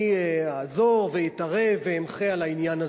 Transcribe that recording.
אעזור ואתערב ואמחה על העניין הזה.